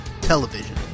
Television